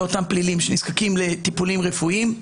אותם פליטים שנזקקים לטיפולים רפואיים.